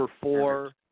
four